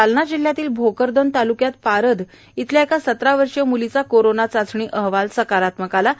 जालना जिल्ह्यातल्या भोकरदन ताल्क्यात पारध इथल्या एका सतरा वर्षीय मुलीचा कोरोना चाचणी अहवाल सकारात्मक आला आहे